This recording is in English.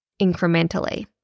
incrementally